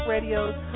Radio's